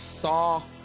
saw